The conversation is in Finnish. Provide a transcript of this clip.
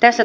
tässä